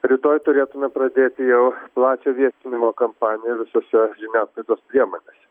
rytoj turėtume pradėti jau plačią viešinimo kampaniją visose žiniasklaidos priemonėse